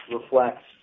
reflects